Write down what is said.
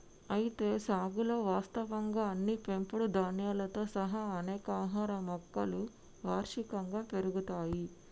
అయితే సాగులో వాస్తవంగా అన్ని పెంపుడు ధాన్యాలతో సహా అనేక ఆహార మొక్కలు వార్షికంగా పెరుగుతాయి